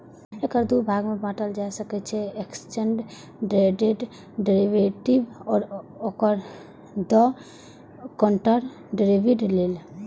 एकरा दू भाग मे बांटल जा सकै छै, एक्सचेंड ट्रेडेड डेरिवेटिव आ ओवर द काउंटर डेरेवेटिव लेल